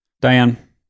Diane